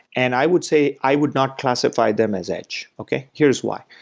and i would say i would not classify them as edge, okay? here's why.